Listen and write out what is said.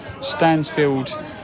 Stansfield